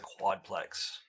quadplex